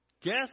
Guess